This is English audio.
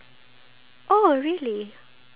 are you excited for it